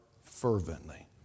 fervently